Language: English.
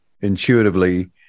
intuitively